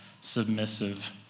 submissive